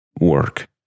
work